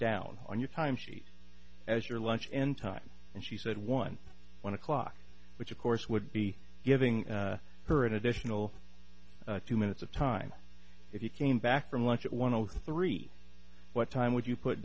down on your time sheet as your lunch in time and she said one one o'clock which of course would be giving her an additional two minutes of time if you came back from lunch at one o three what time would you put